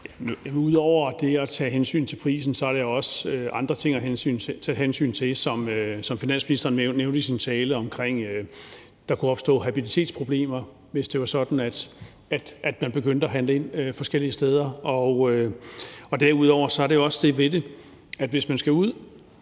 Ud over det at tage hensyn til prisen er der andre ting at tage hensyn til. Finansministeren nævnte i sin tale, at der kunne opstå habilitetsproblemer, hvis det var sådan, at man begyndte at handle ind forskellige steder. Derudover er der jo også det ved det, at hvis man skal ud